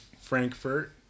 Frankfurt